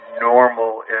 normal